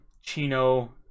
Chino